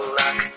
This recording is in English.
luck